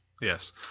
Yes